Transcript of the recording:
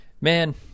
Man